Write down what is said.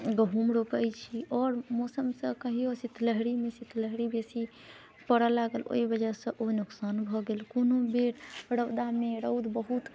गहुम रोपै छी आओर मौसमसँ कहियो सितलहरीमे सितलहरी बेसी पड़ऽ लागल ओइ बजहसँ ओ नोकसान भऽ गेल कोनो बेर रौदामे रौद बहुत